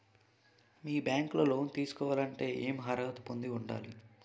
మీ bank లో loan తీసుకోవాలంటే ఎం అర్హత పొంది ఉండాలి?